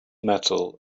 metal